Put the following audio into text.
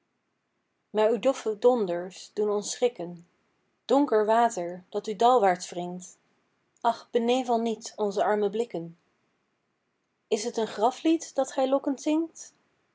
maar uw doffe donders doen ons schrikken donker water dat u dalwaarts wringt ach benevel niet onze arme blikken is t een graflied dat gij lokkend zingt